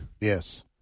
Yes